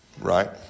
right